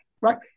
Right